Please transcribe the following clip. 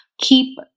keep